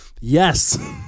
yes